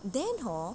then hor